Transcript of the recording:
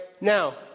now